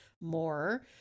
more